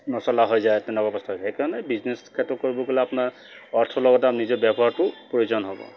নচলা হৈ যায় তেনেকুৱা অৱস্থা হৈ যায় সেইকাৰণে বিজনেছ ক্ষেত্ৰত ক'ব গ'লে আপোনাৰ অৰ্থৰ লগতে নিজৰ ব্যৱহাৰটোও প্ৰয়োজন হ'ব